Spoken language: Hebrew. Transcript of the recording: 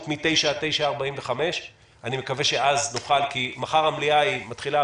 מ-09:00 עד 09:45. מחר המליאה מתחילה